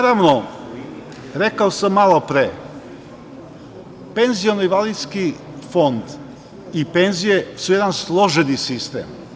Rekao sam malopre, Penziono-invalidski fond i penzije su jedan složeni sistem.